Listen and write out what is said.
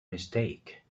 mistake